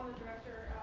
director